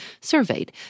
surveyed